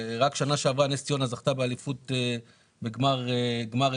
רק שנה שעברה נס ציונה זכתה באליפות בגמר אירופי.